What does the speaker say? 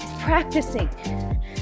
practicing